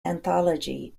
anthology